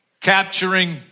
capturing